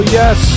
yes